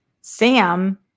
Sam